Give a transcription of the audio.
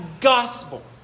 gospel